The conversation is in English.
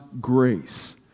grace